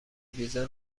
ویزا